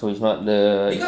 so it's not the